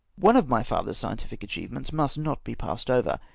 one of my father's scientific acliievements must not be passed over.